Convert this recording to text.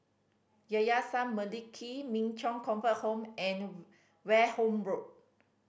Yayasan Mendaki Min Chong Comfort Home and Wareham Road